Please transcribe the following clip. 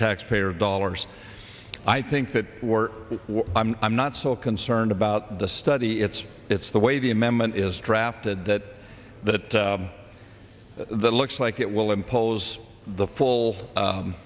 taxpayer dollars i think that we're i'm i'm not so concerned about the study it's it's the way the amendment is drafted that that that looks like it will impose the full